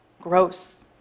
gross